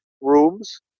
rooms